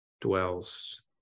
dwells